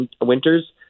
winters